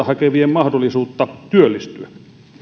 hakevien mahdollisuutta työllistyä